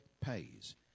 pays